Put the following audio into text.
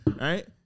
Right